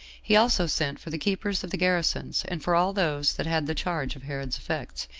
he also sent for the keepers of the garrisons, and for all those that had the charge of herod's effects,